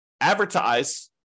advertise